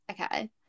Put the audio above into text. okay